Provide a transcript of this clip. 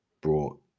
brought